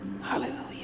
hallelujah